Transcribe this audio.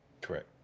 Correct